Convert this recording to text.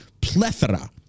plethora